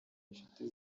inshuti